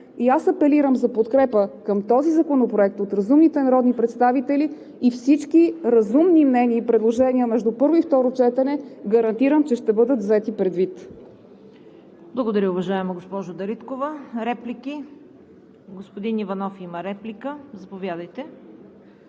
Аз апелирам за подкрепа към този законопроект от разумните народни представители. Всички разумни мнения и предложения между първо и второ четене гарантирам, че ще бъдат взети предвид.